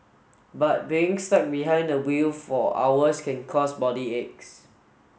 but being stuck behind the wheel for hours can cause body aches